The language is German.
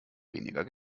weniger